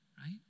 right